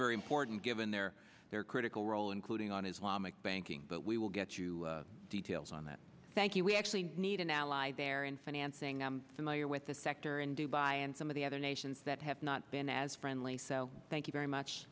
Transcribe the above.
very important given their their critical role including on islamic banking but we will get you details on that thank you we actually need an ally there in financing i'm familiar with the sector in dubai and some of the other nations that have not been as friendly so thank you very much